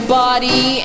body